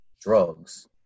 drugs